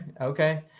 okay